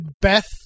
Beth